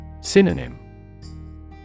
Synonym